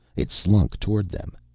it slunk toward them.